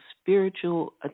spiritual